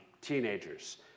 teenagers